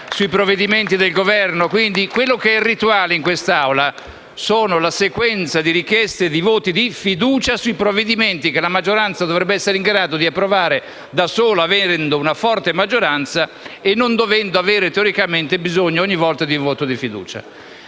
sui provvedimenti del Governo. (*Applausi dal Gruppo FI-PdL XVII).* Ciò che è irrituale in quest'Aula è la sequenza di richieste di voti di fiducia sui provvedimenti che la maggioranza dovrebbe essere in grado di approvare da sola, trattandosi di una forte maggioranza, e non dovendo avere teoricamente bisogno ogni volta di un voto di fiducia.